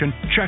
check